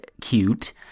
cute